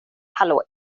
hallå